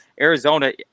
Arizona